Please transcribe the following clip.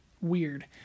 weird